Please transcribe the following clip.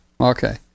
Okay